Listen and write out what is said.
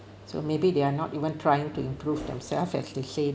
so maybe they are not even trying to improve themselves as they say